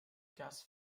gas